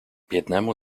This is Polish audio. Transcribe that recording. biednemu